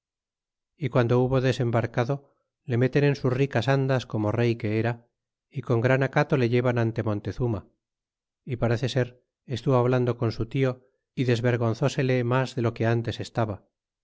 y qnando hubo desembarcado le meten en sus ricas andas como rey que era y con gran acato le llevan ante montezuma y parece ser estuvo hablando con su tio y desvergonzósele mas de lo que antes estaba